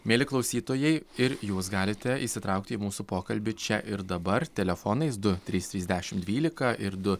mieli klausytojai ir jūs galite įsitraukti į mūsų pokalbį čia ir dabar telefonais du trys trys dešim dvylika ir du